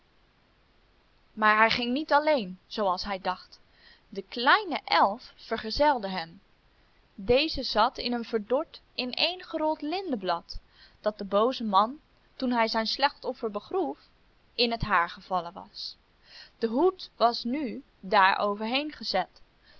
maar hij ging niet alleen zooals hij dacht de kleine elf vergezelde hem deze zat in een verdord ineengerold lindeblad dat den boozen man toen hij zijn slachtoffer begroef in het haar gevallen was de hoed was nu daar overheen gezet